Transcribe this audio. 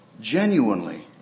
genuinely